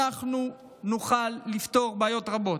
נוכל לפתור בעיות רבות.